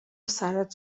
سرت